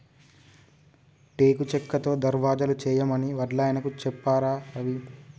టేకు చెక్కతో దర్వాజలు చేయమని వడ్లాయనకు చెప్పారా రవి